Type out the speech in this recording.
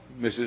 Mrs